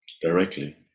directly